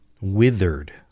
withered